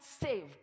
saved